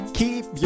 keep